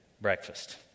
breakfast